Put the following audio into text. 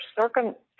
circumstances